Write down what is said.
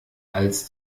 als